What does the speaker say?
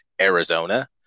Arizona